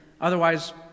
Otherwise